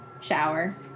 Shower